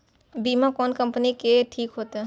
बीमा कोन कम्पनी के ठीक होते?